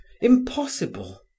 Impossible